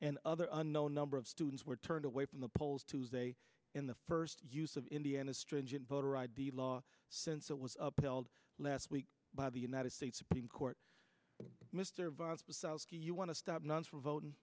and other unknown number of students were turned away from the polls tuesday in the first use of indiana stringent voter id law since it was upheld last week by the united states supreme court you want to stop nuns from voting